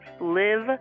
live